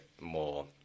more